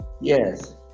Yes